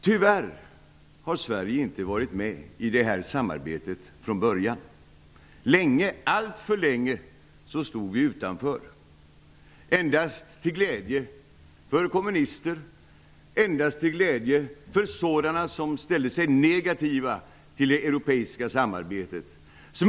Tyvärr har Sverige inte varit med i detta samarbete från början. Länge, alltför länge, stod vi utanför, endast till glädje för kommunister och för sådana som ställde sig negativa till det europeiska samarbetet.